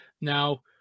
Now